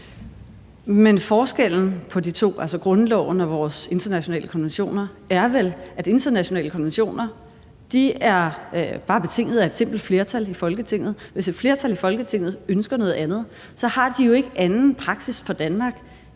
Men forskellen på de to, altså grundloven og vores internationale konventioner, er vel, at internationale konventioner bare er betinget af et simpelt flertal i Folketinget. Hvis et flertal i Folketinget ønsker noget andet, har de jo ikke anden praksis for Danmark